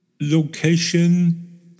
location